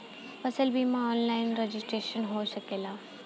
फसल बिमा online registration हो सकेला?